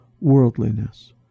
worldliness